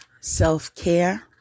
self-care